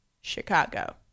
Chicago